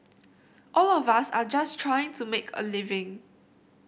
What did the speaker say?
all of us are just trying to make a living